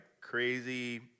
crazy